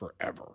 forever